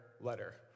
letter